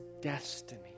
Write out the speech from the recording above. destiny